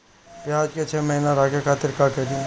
प्याज के छह महीना रखे खातिर का करी?